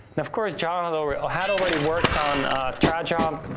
and of course, john and had already worked on traj um